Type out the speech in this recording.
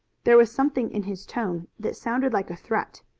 there was something in his tone that sounded like a threat,